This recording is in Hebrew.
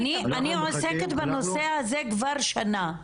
אני עוסקת בנושא הזה כבר שנה,